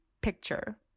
picture